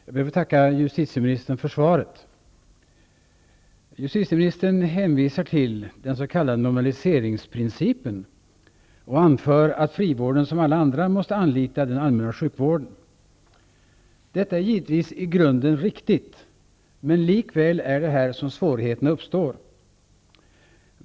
Herr talman! Jag ber att få tacka justitieministern för svaret. Justitieministern hänvisar till den s.k. normaliseringsprincipen och anför att frivården som alla andra måste anlita den allmänna sjukvården. Detta är givetvis i grunden riktigt, men likväl är det här som svårigheterna uppstår.